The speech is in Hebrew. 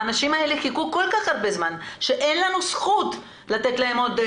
האנשים האלה חיכו כל כך הרבה זמן שאין לנו זכות לתת להם להמתין עוד.